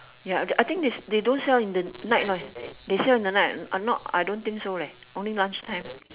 ya I think this they don't sell in the night right they sell in the night I not I don't think so leh only lunch time